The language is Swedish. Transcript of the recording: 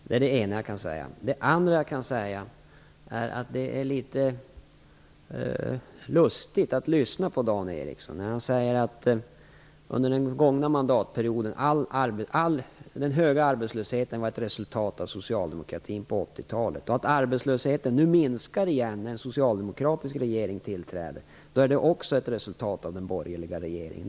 Det är litet lustigt att Dan Ericsson säger att den höga arbetslösheten under den gångna mandatperioden var ett resultat av socialdemokratin på 1980-talet. Att arbetslösheten nu minskar igen när en socialdemokratisk regering tillträdde skulle också vara ett resultat av den borgerliga regeringen.